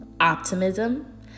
optimism